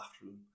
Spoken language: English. bathroom